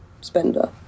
Spender